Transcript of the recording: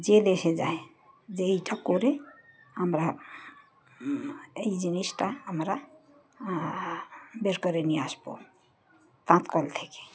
যে দেশে যায় যে এইটা করে আমরা এই জিনিসটা আমরা বের করে নিয়ে আসবো তাঁতকাল থেকে